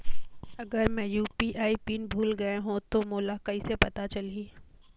अगर मैं UPI pin भुल गये हो तो मोला कइसे पता चलही?